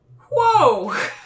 whoa